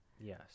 Yes